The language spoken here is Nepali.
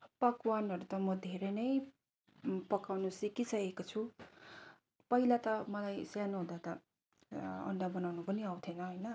पकवानहरू त म धेरै नै पकाउनु सिकिसकेको छु पहिला त मलाई सानो हुँदा त अन्डा बनाउनु पनि आउँथेन होइन